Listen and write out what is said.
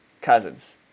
Cousins